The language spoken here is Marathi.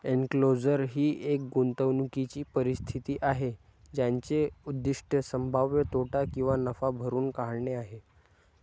एन्क्लोजर ही एक गुंतवणूकीची परिस्थिती आहे ज्याचे उद्दीष्ट संभाव्य तोटा किंवा नफा भरून काढणे आहे